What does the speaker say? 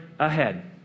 Ahead